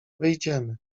wyjdziemy